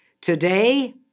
Today